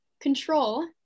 control